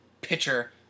pitcher